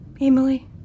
Emily